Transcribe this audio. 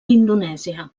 indonèsia